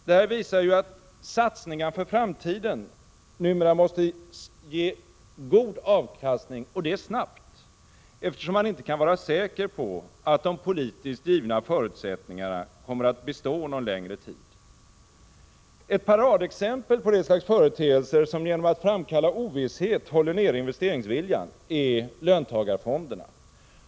Detta visar att satsningar för framtiden numera måste ge god avkastning, och det snabbt, eftersom man inte kan vara säker på att de politiskt givna förutsättningarna kommer att bestå någon längre tid. Ett paradexempel på de slags företeelser som genom att framkalla ovisshet håller nere investeringsviljan är löntagarfonderna.